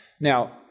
Now